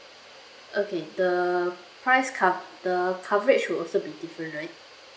okay the price cov~ the coverage will also be different right